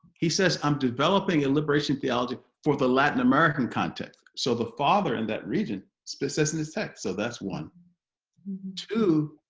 he says i'm developing a liberation theology for the latin american context so the father in that region says in his text so that's one two